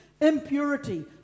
impurity